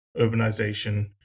urbanization